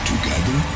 Together